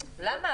למה?